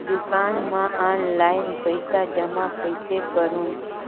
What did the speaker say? दुकान म ऑनलाइन पइसा जमा कइसे करहु?